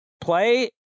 play